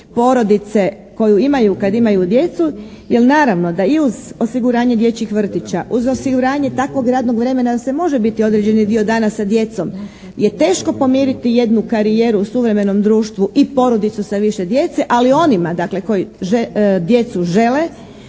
porodice koju imaju kad imaju djecu jer naravno da i uz osiguranje dječjeg vrtića, uz osiguranje takvog radnog vremena da se može biti određeni dio dana sa djecom je teško pomiriti jednu karijeru u suvremenom društvu i porodicu sa više djece, ali onima dakle koji djecu žele,